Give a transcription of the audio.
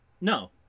No